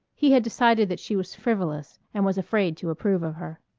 he had decided that she was frivolous and was afraid to approve of her.